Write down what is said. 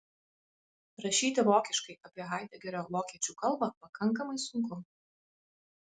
rašyti vokiškai apie haidegerio vokiečių kalbą pakankamai sunku